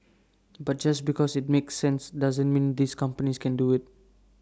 but just because IT makes sense doesn't mean these companies can do IT